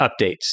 updates